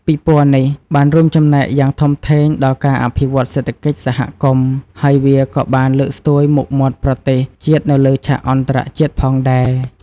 ពិព័រណ៍នេះបានរួមចំណែកយ៉ាងធំធេងដល់ការអភិវឌ្ឍន៍សេដ្ឋកិច្ចសហគមន៍ ហើយវាក៏បានលើកស្ទួយមុខមាត់ប្រទេសជាតិនៅលើឆាកអន្តរជាតិផងដែរ។